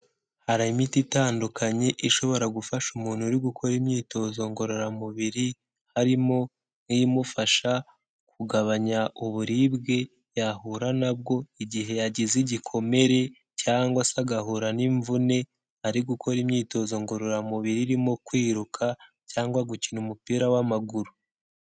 Hari imiti itandukanye ishobora gufasha umuntu uri gukora imyitozo ngororamubiri, harimo nk'imufasha kugabanya uburibwe yahura na bwo igihe yagize igikomere cyangwa se agahura n'imvune ari gukora imyitozo ngororamubiri irimo kwiruka cyangwa gukina umupira w'amaguru.